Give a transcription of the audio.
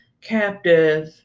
Captive